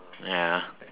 ya